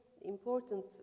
important